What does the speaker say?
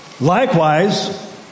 Likewise